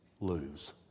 lose